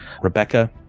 Rebecca